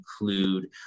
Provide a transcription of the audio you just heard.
include